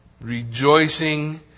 Rejoicing